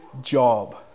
job